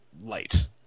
light